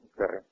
Okay